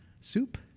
Soup